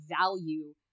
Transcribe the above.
value